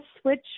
Switch